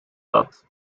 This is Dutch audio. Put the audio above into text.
dat